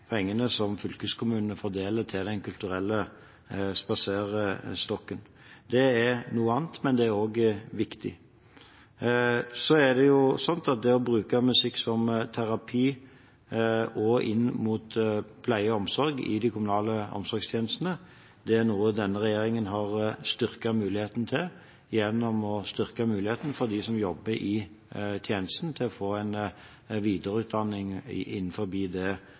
pengene som fylkeskommunene fordeler til Den kulturelle spaserstokken. Det er noe annet, men det er også viktig. Å bruke musikk som terapi også inn mot pleie og omsorg i de kommunale omsorgstjenestene, er noe denne regjeringen har styrket muligheten til gjennom at de som jobber i tjenestene, kan få en videreutdanning innenfor det feltet. Men jeg tror det